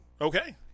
Okay